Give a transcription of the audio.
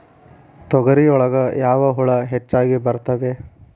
ತೊಗರಿ ಒಳಗ ಯಾವ ಹುಳ ಹೆಚ್ಚಾಗಿ ಬರ್ತವೆ?